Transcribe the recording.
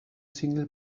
single